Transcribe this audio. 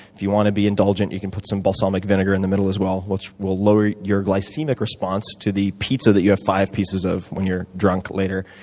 if you want to be indulgent, you can put some balsamic vinegar in the middle as well, which will lower you glycemic response to the pizza that you have five pieces of when you're drunk later.